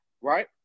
right